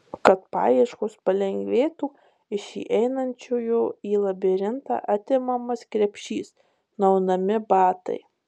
kad paieškos palengvėtų iš įeinančiojo į labirintą atimamas krepšys nuaunami batai